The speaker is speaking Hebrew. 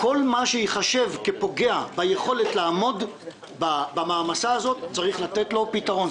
כל מה שייחשב כפוגע ביכולת לעמוד במעמסה הזאת צריך לתת לו פתרון.